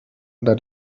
that